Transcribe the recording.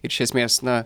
ir iš esmės na